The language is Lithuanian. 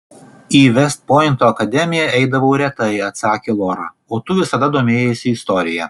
į vest pointo akademiją eidavau retai atsakė lora o tu visada domėjaisi istorija